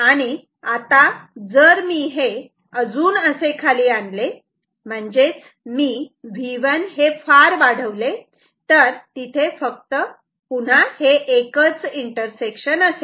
आणि आता जर मी हे अजून असे खाली आणले म्हणजेच मी V1 हे फार वाढवले तर तिथे फक्त हे एकच इंटरसेक्शन असेल